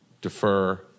defer